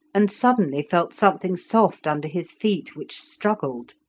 and suddenly felt something soft under his feet, which struggled.